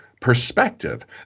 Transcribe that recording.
perspective